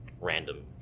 random